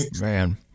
Man